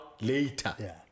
later